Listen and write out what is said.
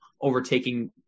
overtaking –